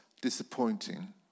disappointing